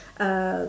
uh